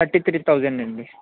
thirty three thousand అండి